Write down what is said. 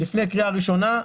לפני קריאה ראשונה,